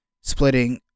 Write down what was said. splitting